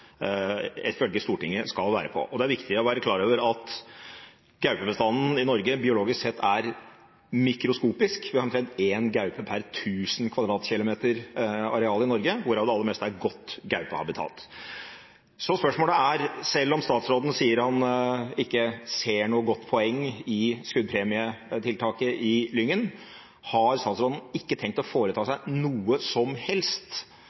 Stortinget skal være på. Det er viktig å være klar over at gaupebestanden i Norge biologisk sett er mikroskopisk – vi har omtrent én gaupe per 1 000 km2 areal i Norge, hvorav det aller meste er godt gaupehabitat. Spørsmålet er: Selv om statsråden sier han ikke ser noe godt poeng i skuddpremietiltaket i Lyngen, har statsråden ikke tenkt å foreta seg noe som helst